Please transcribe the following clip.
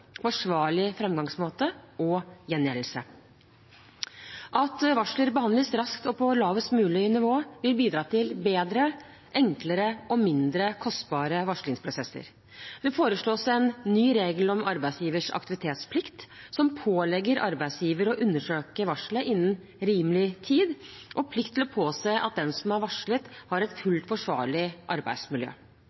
fremgangsmåte» og «gjengjeldelse». At varsler behandles raskt og på lavest mulig nivå, vil bidra til bedre, enklere og mindre kostbare varslingsprosesser. Det foreslås en ny regel om arbeidsgivers «aktivitetsplikt», som pålegger arbeidsgiver å undersøke varselet innen rimelig tid og plikt til å påse at den som har varslet, har et fullt forsvarlig arbeidsmiljø.